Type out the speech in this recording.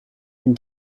and